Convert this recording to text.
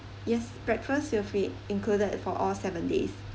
yes breakfast will be included for all seven days